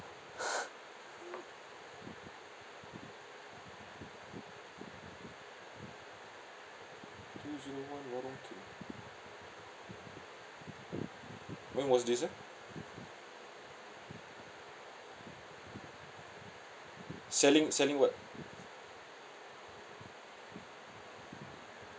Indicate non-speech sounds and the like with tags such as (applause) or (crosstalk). (laughs) two zero one warong kim when was this ah selling selling what